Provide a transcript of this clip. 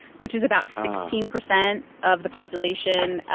which is about sixteen percent of the population.